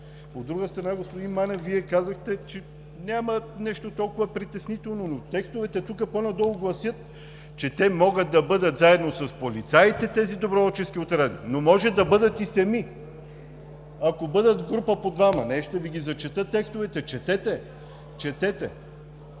От друга страна, господин Манев, Вие казахте, че няма нещо толкова притеснително, но текстовете тук по-надолу гласят, че те могат да бъдат заедно с полицаите – тези доброволчески отряди, но могат да бъдат и сами, ако бъдат в група по двама, нещо… Да ги зачетат текстовете. Четете! Четете!